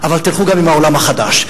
אבל תלכו גם עם העולם החדש,